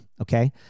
okay